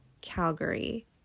Calgary